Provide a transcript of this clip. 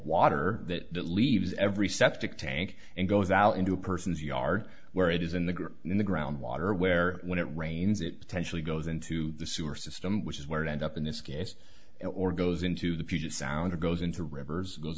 water that leaves every septic tank and goes out into a person's yard where it is in the grip in the groundwater where when it rains it potentially goes into the sewer system which is where it ends up in this case and or goes into the puget sound or goes into rivers goes